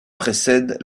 précède